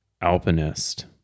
Alpinist